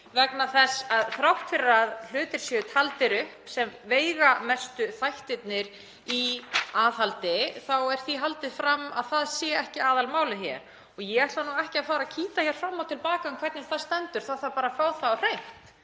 aðhald lægi. Þrátt fyrir að hlutir séu taldir upp sem veigamestu þættirnir í aðhaldi er því haldið fram að það sé ekki aðalmálið hér. Ég ætla ekki að fara að kýta fram og til baka um það hvernig það stendur, það þarf bara að fá það á hreint.